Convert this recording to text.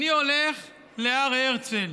אני הולך להר הרצל,